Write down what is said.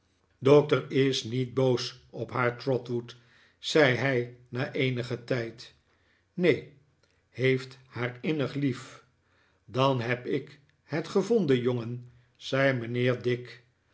doctor is niet boos op haar trotwood zei hij na eenigen tijd neen heeft haar innig lief dan heb ik het gevonden jongen zei mijnheer dick